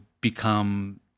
become